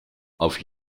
auf